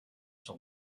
son